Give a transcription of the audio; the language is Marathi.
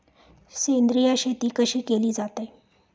सेंद्रिय शेती कशी केली जाते?